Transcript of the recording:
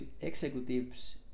executives